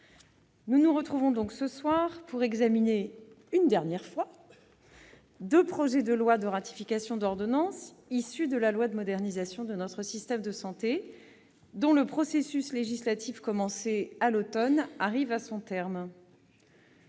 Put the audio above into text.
nous nous retrouvons ce soir pour examiner, une dernière fois, deux projets de loi de ratification d'ordonnances issues de la loi de modernisation de notre système de santé, dont le processus législatif, entamé à l'automne, arrive à son terme.